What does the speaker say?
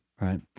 right